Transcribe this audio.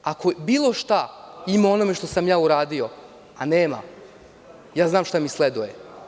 Ako bilo šta ima u onome što sam ja uradio, a nema, znam šta mi sleduje.